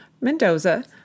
Mendoza